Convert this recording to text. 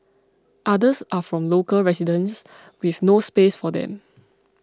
others are from local residents with no space for them